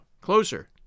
Closer